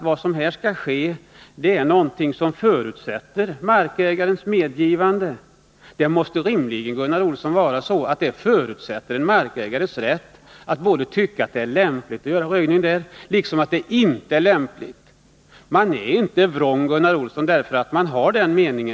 Vad som här skall ske är någonting som förutsätter markägarens medgivande. Man måste då rimligen, Gunnar Olsson, ha förutsatt att markägaren har rätt att tycka både att det är lämpligt och att det inte är lämpligt att slyröja. Man är inte vrång därför att man har meningen att det inte är lämpligt.